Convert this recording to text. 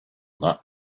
that